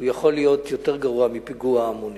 הוא יכול להיות יותר גרוע מפיגוע המוני.